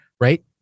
right